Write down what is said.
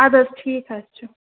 اَدٕ حظ ٹھیٖک حظ چھُ